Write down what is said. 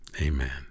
amen